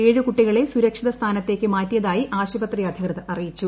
ഏഴ് കുട്ടികളെ സുരക്ഷിത സ്ഥാനത്തേക്ക് മാറ്റിയതായി ആശുപത്രി അധുകൃതർ അറിയിച്ചു